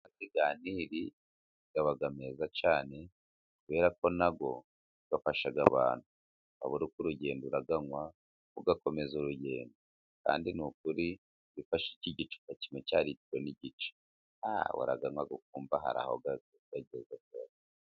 Amazi ya Nili aba meza cyane kubera ko nayo afasha abantu ,waba uri ku rugendo urayanywa ,ugakomeza urugendo, kandi ni ukuri ufashe igicupa kimwe cya liti n'igice wayanwa ukumva hari aho akugejeje.